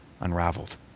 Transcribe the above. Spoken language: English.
unraveled